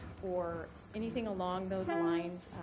or anything along those lines?